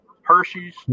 Hershey's